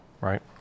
right